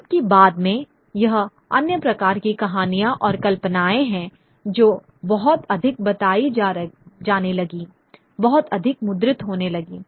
जबकि बाद में यह अन्य प्रकार की कहानियाँ और कल्पनाएँ हैं जो बहुत अधिक बताई जाने लगीं बहुत अधिक मुद्रित होने लगीं